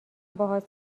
باهات